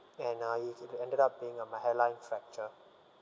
and uh ended up being a mi~ hairline fracture